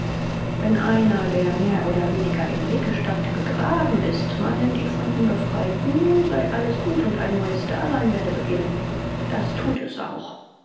wenn einer der mehr oder weniger im wege stand begraben ist meinen die von ihm befreiten nun sei alles gut und ein neues dasein werde beginnen das thut es auch